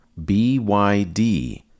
BYD